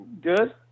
good